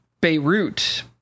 Beirut